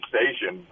Station